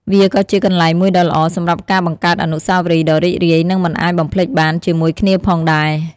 វាក៏ជាកន្លែងមួយដ៏ល្អសម្រាប់ការបង្កើតអនុស្សាវរីយ៍ ដ៏រីករាយ និងមិនអាចបំភ្លេចបានជាមួយគ្នាផងដែរ។